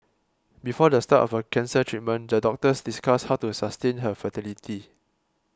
before the start of her cancer treatment the doctors discussed how to sustain her fertility